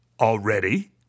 Already